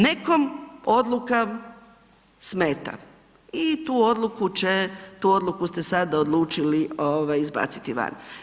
Nekom odluka smeta i tu odluku će, tu odluku ste sada odlučili izbaciti van.